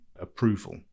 approval